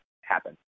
happen